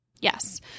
Yes